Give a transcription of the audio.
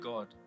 God